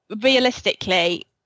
realistically